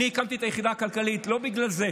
אני הקמתי את היחידה הכלכלית לא בגלל זה.